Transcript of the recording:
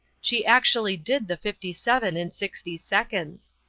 she actually did the fifty-seven in sixty seconds.